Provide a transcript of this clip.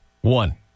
one